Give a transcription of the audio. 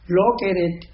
located